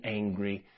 angry